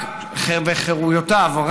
בחירויותיו,